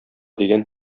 дигән